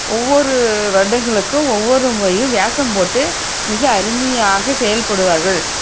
ஒவ்வொரு வருடங்களுக்கும் ஒவ்வொரு முறையில் வேஷம் போட்டு மிக அருமையாக செயல்படுவார்கள்